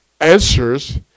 answers